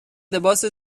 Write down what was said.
لباس